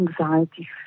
anxiety